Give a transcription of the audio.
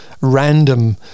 random